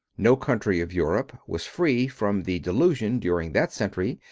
no country of europe was free from the delusion during that century,